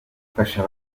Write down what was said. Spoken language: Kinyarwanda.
afasha